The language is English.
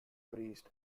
priest